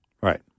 Right